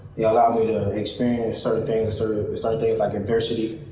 yeah allowed me to experience certain things sort of certain things like adversity,